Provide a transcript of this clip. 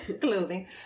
clothing